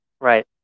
right